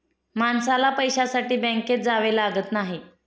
माणसाला पैशासाठी बँकेत जावे लागत नाही